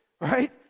right